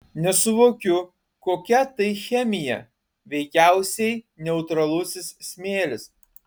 nesuvokiu kokia tai chemija veikiausiai neutralusis smėlis